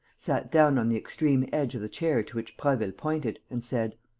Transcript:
sat down on the extreme edge of the chair to which prasville pointed and said